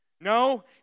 No